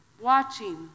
watching